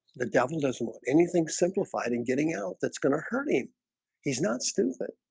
the devil doesn't want anything simplified in getting out that's gonna hurt him he's not stupid